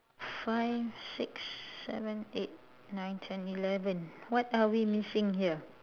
five six seven eight nine ten eleven what are we missing here